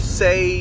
say